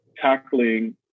tackling